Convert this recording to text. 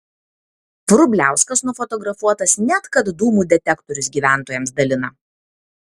vrubliauskas nufotografuotas net kad dūmų detektorius gyventojams dalina